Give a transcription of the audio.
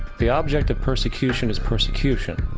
the object of persecution is persecution.